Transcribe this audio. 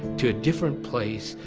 to a different place,